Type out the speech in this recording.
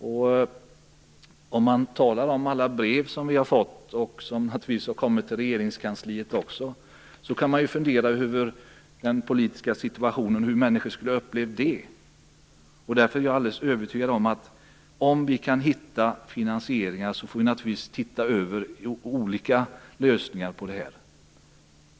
När man tänker på alla brev som vi har fått och som naturligtvis även har kommit till Regeringskansliet, kan man i nuvarande politiska situation fundera över hur människor skulle ha upplevt det. Därför är jag alldeles övertygad om att om vi kan hitta finansieringar får vi naturligtvis se över olika lösningar.